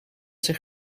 zich